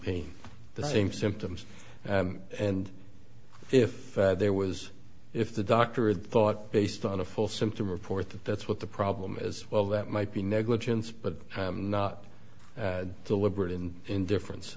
pain the same symptoms and if there was if the doctor had thought based on a full symptom report that that's what the problem as well that might be negligence but not deliberate in indifference